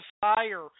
fire